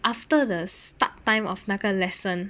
after the start time of 那个 lesson